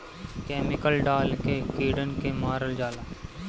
chemical डाल के कीड़न के मारल जाला